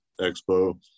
Expo